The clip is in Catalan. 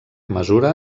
mesura